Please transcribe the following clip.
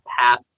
path